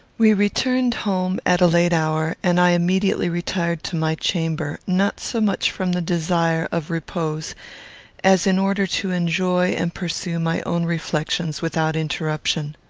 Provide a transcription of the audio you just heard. we returned home at a late hour, and i immediately retired to my chamber, not so much from the desire of repose as in order to enjoy and pursue my own reflections without interruption.